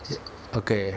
okay